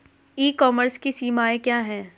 ई commerce की सीमाएं क्या हैं?